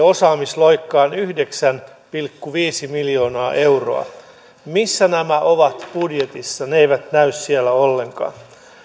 osaamisloikkaan yhdeksän pilkku viisi miljoonaa euroa missä nämä ovat budjetissa ne eivät näy siellä ollenkaan